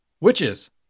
Witches